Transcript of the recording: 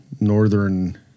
northern